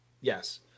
Yes